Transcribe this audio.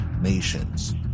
nations